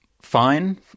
fine